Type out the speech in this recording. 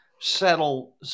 settle